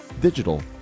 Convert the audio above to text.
digital